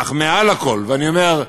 אך מעל לכול, ואני אומר,